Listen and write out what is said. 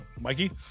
Mikey